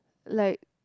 like